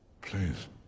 please